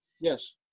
Yes